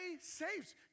saves